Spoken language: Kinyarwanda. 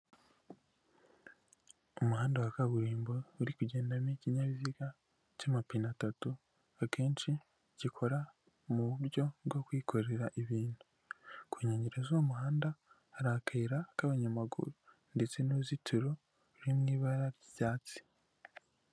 Umuhanda wa kaburimbo uri kugendamo ikinyabiziga cy'amapine atatu, akenshi gikora mu buryo bwo kwikorera ibintu, ku nkengero z'umuhanda hari akayira k'abanyamaguru ndetse n'uruzitiro ruri mui ibara ry'icyatsi.